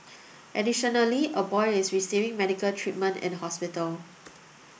additionally a boy is receiving medical treatment in hospital